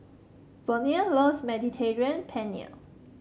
Verne loves Mediterranean Penne